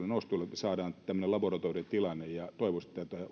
nostolla saadaan tämmöinen laboratoriotilanne toivoisin